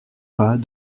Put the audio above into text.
pas